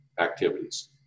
activities